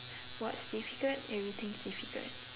what's difficult everything is difficult